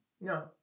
No